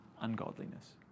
ungodliness